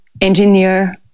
engineer